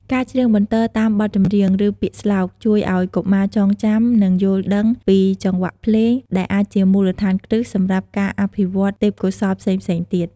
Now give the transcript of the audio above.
ការច្រៀងបន្ទរតាមបទចម្រៀង ឬពាក្យស្លោក ជួយឱ្យកុមារចងចាំ និងយល់ដឹងពីចង្វាក់ភ្លេង ដែលអាចជាមូលដ្ឋានគ្រឹះសម្រាប់ការអភិវឌ្ឍទេពកោសល្យផ្សេងៗទៀត។